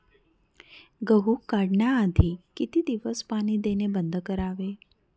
गहू काढण्याआधी किती दिवस पाणी देणे बंद करावे?